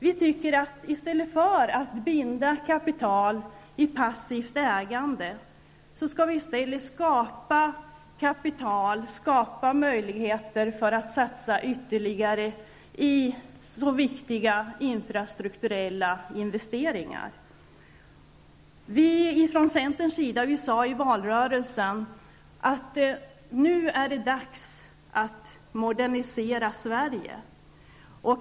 I stället för att binda kapital i passivt ägande skall vi skapa kapital och möjliggöra ytterligare satsningar i viktiga infrastrukturella investeringar. Från centerns sida sade vi i valrörelsen att det är dags att modernisera Sverige.